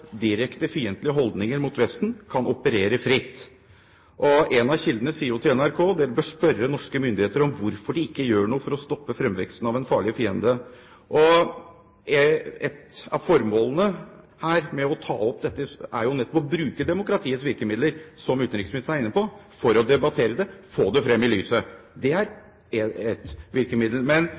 direkte fiendtlige holdninger mot Vesten, kan operere fritt. En av kildene sier jo til NRK: Dere bør spørre norske myndigheter om hvorfor de ikke gjør noe for å stoppe fremveksten av en farlig fiende. Ett av formålene med å ta opp dette er jo nettopp å bruke demokratiets virkemidler, som utenriksministeren var inne på, for å debattere det, få det frem i lyset. Det er ett virkemiddel.